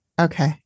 Okay